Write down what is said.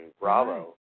Bravo